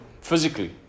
physically